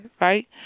right